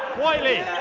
whitely!